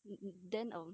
then err